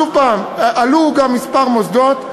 שוב, עלו גם כמה מוסדות.